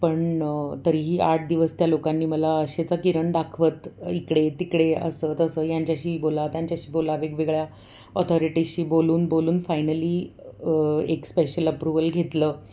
पण तरीही आठ दिवस त्या लोकांनी मला आशेचा किरण दाखवत इकडे तिकडे असं तसं यांच्याशी बोला त्यांच्याशी बोला वेगवेगळ्या ऑथरिटीशी बोलून बोलून फायनली एक स्पेशल अप्रुवल घेतलं